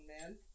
man